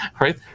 right